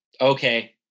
okay